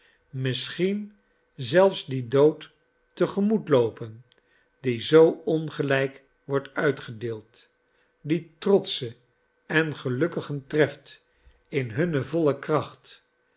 misschien zelfs dien dood te gemoet loopen die zoo ongelijk wordt uitgedeeld die trotschen en gelukkigen treft in hunne voile kracht